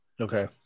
Okay